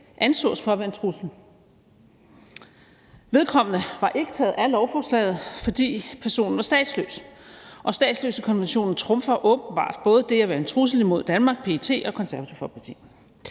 ansås for at være en trussel. Vedkommende var ikke taget af lovforslaget, fordi personen var statsløs, og statsløsekonventionen trumfer åbenbart både det at være en trussel imod Danmark, PET og Det Konservative Folkeparti.